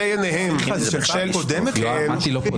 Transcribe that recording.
מאחר ששלושת הדוברים הקרובים הם דבי ביטון,